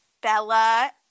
Bella